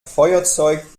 feuerzeug